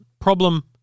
problem